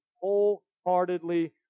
wholeheartedly